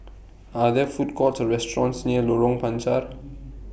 Are There Food Courts Or restaurants near Lorong Panchar